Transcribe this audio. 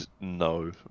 no